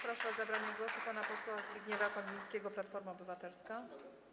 Proszę o zabranie głosu pana posła Zbigniewa Konwińskiego, Platforma Obywatelska.